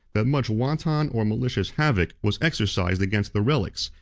that much wanton or malicious havoc was exercised against the relics,